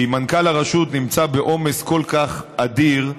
כי מנכ"ל הרשות נמצא בעומס כל כך אדיר,